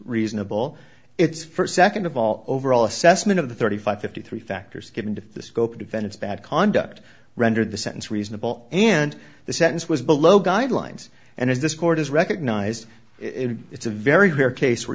reasonable it's first second of all overall assessment of the thirty five fifty three factors given to the scope of events bad conduct rendered the sentence reasonable and the sentence was below guidelines and as this court has recognized it it's a very rare case where